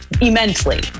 immensely